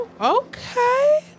Okay